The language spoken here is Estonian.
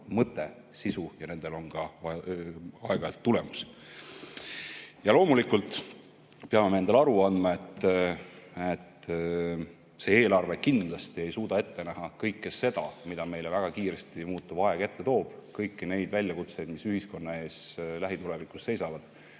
mõte, sisu ja nendel on aeg-ajalt ka tulemus. Loomulikult peame endale aru andma, et see eelarve kindlasti ei suuda ette näha kõike seda, mida meile väga kiiresti muutuv aeg ette toob, kõiki neid väljakutseid, mis ühiskonna ees lähitulevikus seisavad.